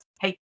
Hey